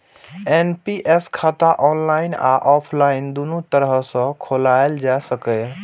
NPS खाता online आ offline, दुनू तरह सं खोलाएल जा सकैए